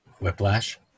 Whiplash